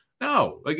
No